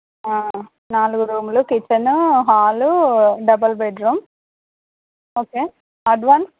నాలుగు రూమ్లు kitchen hall double bedroom okay advance